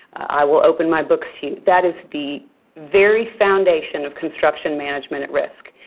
i will open my books to you. that is the very foundation of construction management at risk.